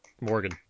Morgan